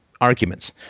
arguments